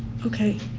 okay.